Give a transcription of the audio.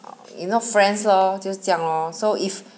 you know friends lor 就是这样咯 so if